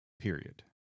period